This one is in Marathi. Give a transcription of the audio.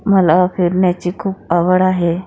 मला फिरण्याची खूप आवड आहे